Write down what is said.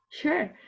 sure